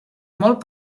molt